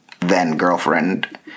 then-girlfriend